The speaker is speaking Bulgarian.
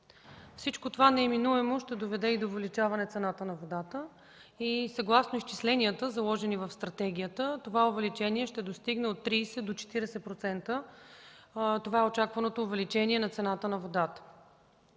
Всичко това неминуемо ще доведе и до увеличаване цената на водата и съгласно изчисленията, заложени в стратегията, увеличението ще достигне от 30 до 40% – това е очакваното увеличение на цената на водата.